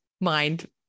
mind